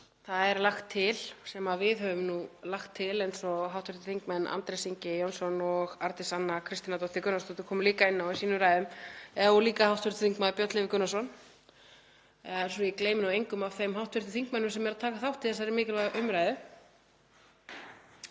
það er lagt til, sem við höfum nú lagt til, eins og hv. þingmenn Andrés Ingi Jónsson og Arndís Anna Kristínardóttir Gunnarsdóttir komu líka inn á í sínum ræðum, og líka hv. þm. Björn Leví Gunnarsson, svo ég gleymi nú engum af þeim hv. þingmönnum sem eru að taka þátt í þessari mikilvægu umræðu